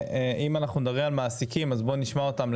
אם מדברים על מעסיקים אז בואו נשמע אותם.